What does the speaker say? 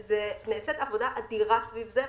נעשית עבודה אדירה סביב זה,